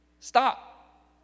Stop